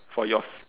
for yours